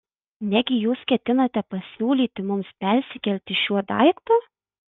negi jūs ketinate pasiūlyti mums persikelti šiuo daiktu